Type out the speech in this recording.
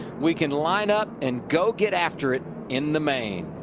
we can line up and go get after it in the main.